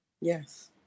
Yes